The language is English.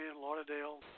Lauderdale